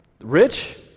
Rich